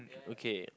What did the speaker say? okay